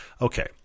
okay